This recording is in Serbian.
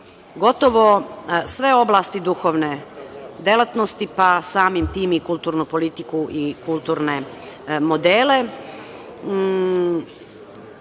gotovo sve oblasti duhovne delatnosti, pa samim tim i kulturnu politiku i kulturne